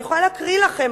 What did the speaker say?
אני יכולה להקריא לכם,